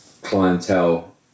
clientele